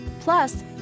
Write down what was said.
Plus